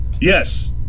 Yes